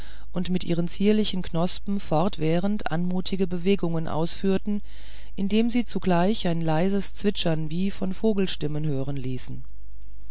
und mit ihren zierlichen knospen fortwährend anmutige bewegungen ausführten indem sie zugleich ein leises zwitschern wie von vogelstimmen hören ließen